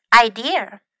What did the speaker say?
idea